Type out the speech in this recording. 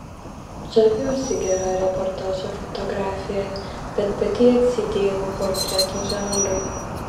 žaviuosi gera reportažo fotografija bet pati atsidėjau portreto žanrui